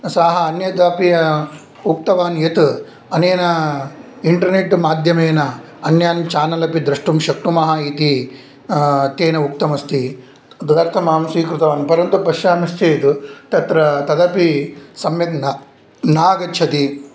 सः अन्यदपि उक्तवान् यत् अनेन इण्टर्नेट् माद्यमेन अन्यान् चानल् अपि द्रष्टुं शक्नुमः इति तेन उक्तमस्ति तदर्तम् अहं स्वीकृतवान् परन्तु पश्यामश्चेत् तत्र तदपि सम्यक् न नागच्छति